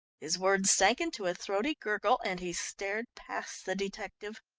his words sank into a throaty gurgle, and he stared past the detective.